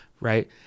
Right